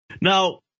Now